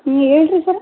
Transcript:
ಹ್ಞೂ ಏನು ರೀ ಸರ್